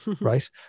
Right